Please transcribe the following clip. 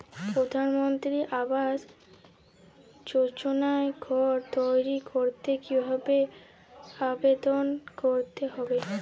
প্রধানমন্ত্রী আবাস যোজনায় ঘর তৈরি করতে কিভাবে আবেদন করতে হবে?